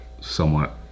somewhat